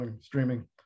streaming